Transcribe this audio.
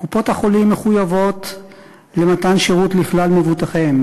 קופות-החולים מחויבות למתן שירות לכלל מבוטחיהן,